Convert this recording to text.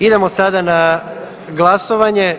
Idemo sada na glasovanje.